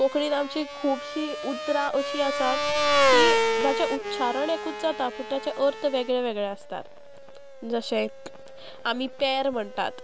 कोंकणीन आमची खुबशीं उतरां अशीं आसात की जाचें उच्चारण एकूच जाता पूण ताचें अर्थ वेगळे वेगळे आसतात जशें आमी पेर म्हणटात